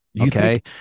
Okay